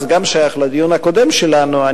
זה גם שייך לדיון הקודם שלנו.